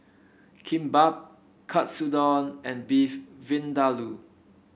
Kimbap Katsudon and Beef Vindaloo